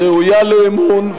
ראויה לאמון,